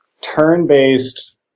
turn-based